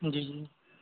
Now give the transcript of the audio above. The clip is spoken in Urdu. جی جی